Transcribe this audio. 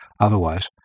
otherwise